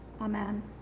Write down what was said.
Amen